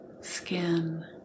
skin